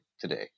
today